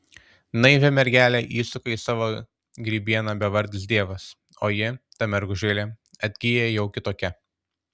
naivią mergelę įsuka į savo grybieną bevardis dievas o ji ta mergužėlė atgyja jau kitokia